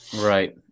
Right